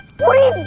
boy